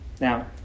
Now